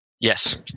Yes